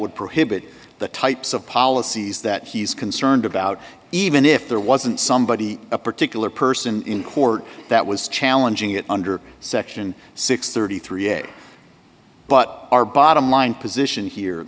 would prohibit the types of policies that he's concerned about even if there wasn't somebody a particular person in court that was challenging it under section six hundred and thirty three dollars a but our bottom line position here